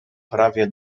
prawie